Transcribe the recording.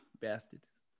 bastards